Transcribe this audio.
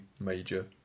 major